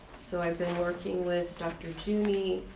so i've been working with dr. juny,